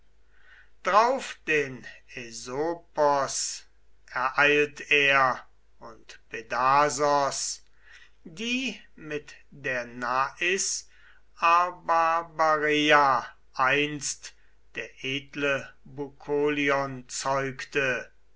drauf den äsepos ereilt er und pedasos die mit der nas abarbarea einst der edle bukolion zeugte